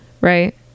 right